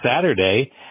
Saturday